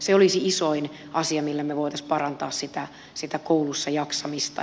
se olisi isoin asia millä me voisimme parantaa sitä koulussa jaksamista